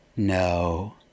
no